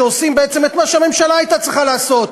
שעושים בעצם את מה שהממשלה הייתה צריכה לעשות,